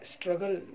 Struggle